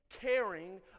caring